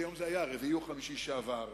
ביום רביעי או חמישי שעבר,